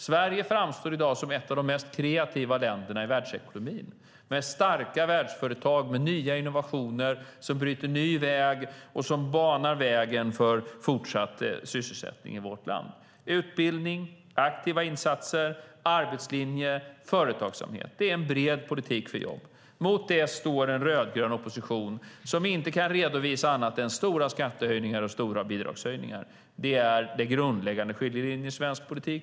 Sverige framstår i dag som ett av de mest kreativa länderna i världsekonomin med starka världsföretag med nya innovationer som bryter ny mark och som banar väg för fortsatt sysselsättning i vårt land. Utbildning, aktiva insatser, arbetslinje och företagsamhet - det är en bred politik för jobb. Mot det står en rödgrön opposition som inte kan redovisa annat än stora skattehöjningar och stora bidragshöjningar. Det är den grundläggande skiljelinjen i svensk politik.